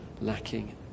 lacking